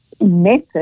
method